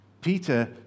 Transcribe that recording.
Peter